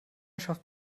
schafft